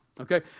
Okay